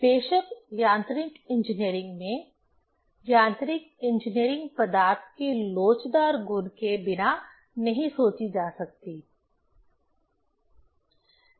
बेशक यांत्रिक इंजीनियरिंग में यांत्रिक इंजीनियरिंग पदार्थ के लोचदार गुण के बिना नहीं सोची जा सकती है